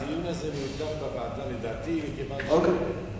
שהדיון הזה מיותר בוועדה, לדעתי, כיוון, אוקיי.